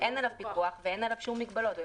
שאין עליהם פיקוח ואין עליהם שום מגבלות והם